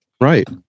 right